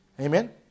Amen